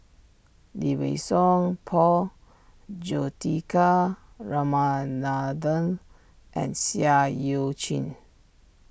Lee Wei Song Paul Juthika Ramanathan and Seah Eu Chin